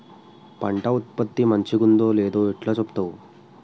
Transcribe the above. పంట ఉత్పత్తి మంచిగుందో లేదో ఎట్లా చెప్తవ్?